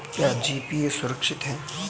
क्या जी.पी.ए सुरक्षित है?